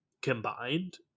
combined